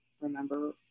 remember